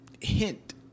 hint